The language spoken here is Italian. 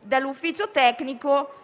dell'ufficio tecnico,